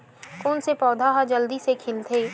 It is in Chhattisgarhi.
कोन से पौधा ह जल्दी से खिलथे?